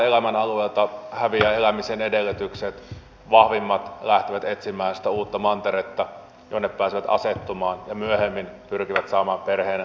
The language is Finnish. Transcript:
onko ihmisten hoidosta ja hyvinvoinnista huolehdittu niin että heille on taattu hyvä ja palkitseva elämä